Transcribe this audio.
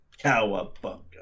Cowabunga